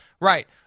Right